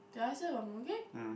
did I say got mooncake